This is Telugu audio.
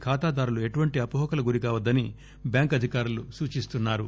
ఖాతాదారులు ఎటువంటి అవోహలకు గురి కావద్దని బ్యాంకు అధికారులు సూచిస్తున్నా రు